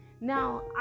Now